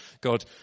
God